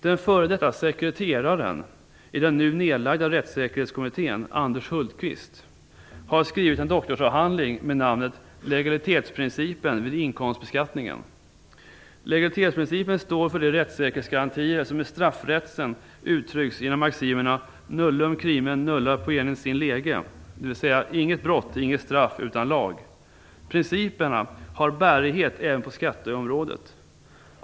Den före detta sekreteraren i den nu nedlagda rättssäkerhetskommittén, Anders Hultqvist, har skrivit en doktorsavhandling med namnet Legalitetsprincipen vid inkomstbeskattningen. Legalitetsprincipen står för de rättssäkerhetsgarantier som i straffrätten uttrycks genom maximerna nullum crimen, nulla poena sine lege, dvs. inget brott, inget straff utan lag. Principerna har bärighet även på skatteområdet.